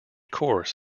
course